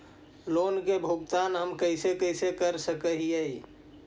Loan के भुगतान हम कैसे कैसे कर सक हिय?